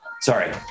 sorry